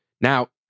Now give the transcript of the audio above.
Now